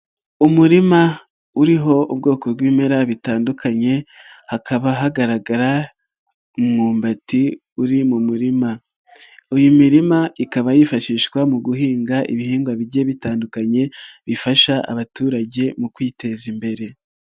Umurima uriho ubwoko bw'ibimera bitandukanye hakaba hagaragara umyumbati uri mu murima, iyi mirima ikaba yifashishwa mu guhinga ibihingwa bigiye bitandukanye bifasha abaturage mu kwiteza imbere.